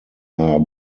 are